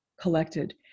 collected